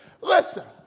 Listen